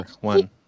one